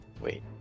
wait